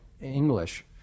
English